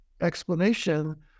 explanation